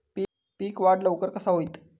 पीक वाढ लवकर कसा होईत?